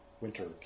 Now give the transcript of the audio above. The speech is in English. winter